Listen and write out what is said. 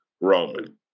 Roman